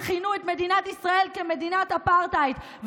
שכינו את מדינת ישראל מדינת אפרטהייד,